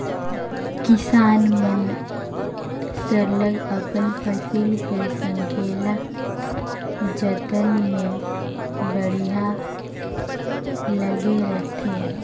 किसान मन सरलग अपन फसिल कर संकेला जतन में बड़िहा लगे रहथें